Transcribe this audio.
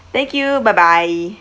thank you bye bye